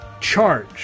Charge